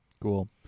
Cool